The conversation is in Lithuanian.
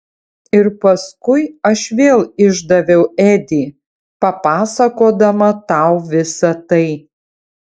ir paskui aš vėl išdaviau edį papasakodama tau visa tai